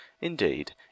Indeed